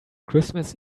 christmas